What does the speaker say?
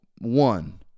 one